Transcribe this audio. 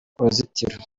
uruzitiro